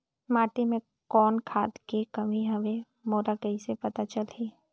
माटी मे कौन खाद के कमी हवे मोला कइसे पता चलही?